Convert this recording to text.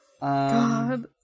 God